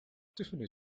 tiffany